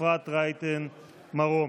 ואפרת רייטן מרום.